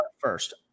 First